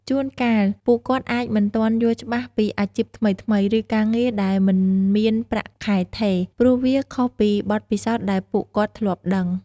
ជួនកាល ពួកគាត់អាចមិនទាន់យល់ច្បាស់ពីអាជីពថ្មីៗ ឬការងារដែលមិនមានប្រាក់ខែថេរ ព្រោះវាខុសពីបទពិសោធន៍ដែលពួកគាត់ធ្លាប់ដឹង។